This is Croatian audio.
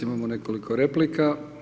Imamo nekoliko replika.